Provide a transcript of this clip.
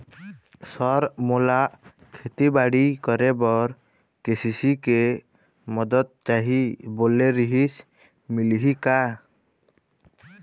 Sir मोला खेतीबाड़ी करेबर के.सी.सी के मंदत चाही बोले रीहिस मिलही का?